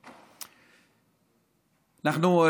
אנחנו,